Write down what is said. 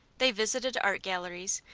they visited art galleries,